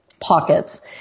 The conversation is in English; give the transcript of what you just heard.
pockets